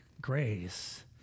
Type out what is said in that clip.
grace